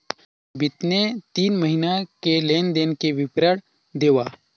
बितले तीन महीना के लेन देन के विवरण देवा?